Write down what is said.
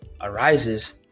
arises